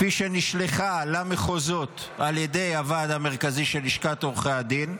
כפי שנשלחה למחוזות על ידי הוועד המרכזי של לשכת עורכי הדין,